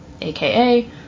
aka